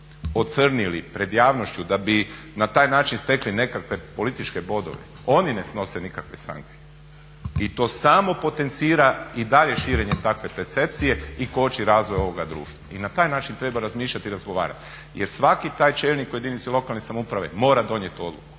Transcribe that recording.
ocrnili pred javnošću, da bi na taj način stekli nekakve političke bodove, oni ne snose nikakve sankcije i to samo potencira i dalje širenje takve percepcije i koči razvoj ovoga društva. I na taj način treba razmišljati i razgovarati, jer svaki taj čelnik u jedinici lokalne samouprave mora donijet tu odluku,